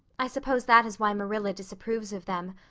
i suppose that is why marilla disapproves of them.